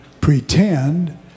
pretend